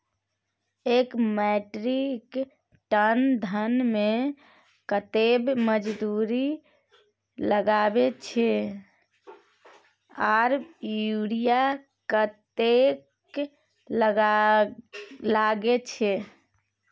एक metric ton धान में कतेक मजदूरी लागे छै आर यूरिया कतेक लागे छै?